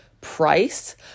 price